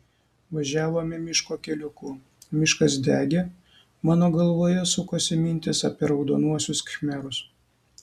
važiavome miško keliuku miškas degė mano galvoje sukosi mintys apie raudonuosius khmerus